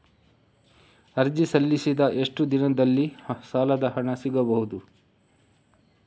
ಅರ್ಜಿ ಸಲ್ಲಿಸಿದ ಎಷ್ಟು ದಿನದಲ್ಲಿ ಸಾಲದ ಹಣ ಸಿಗಬಹುದು?